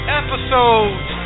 episodes